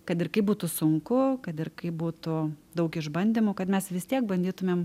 kad ir kaip būtų sunku kad ir kaip būtų daug išbandymų kad mes vis tiek bandytumėm